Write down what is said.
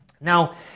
Now